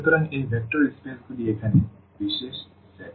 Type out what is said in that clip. সুতরাং এই ভেক্টর স্পেসগুলি এখানে বিশেষ সেট